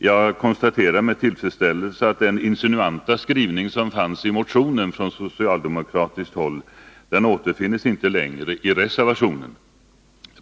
Jag konstaterar med tillfredsställelse att den insinuanta skrivning som fanns i motionen från socialdemokratiskt håll inte återfinns i reservationen.